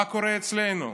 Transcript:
מה קורה אצלנו?